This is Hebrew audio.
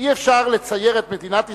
אי-אפשר לצייר את מדינת ישראל,